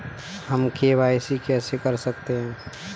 हम के.वाई.सी कैसे कर सकते हैं?